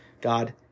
God